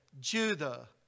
Judah